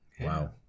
Wow